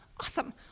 awesome